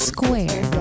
Square